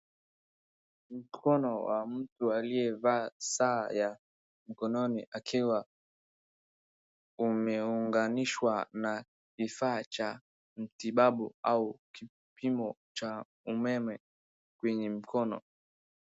Mkono wa mtu aliyevaa saa ya mkononi, akiwa umeunganishwa na kifaa cha matibabu, au kipimo cha umeme kwenye mkono.